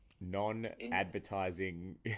Non-advertising